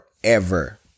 forever